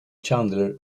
chandler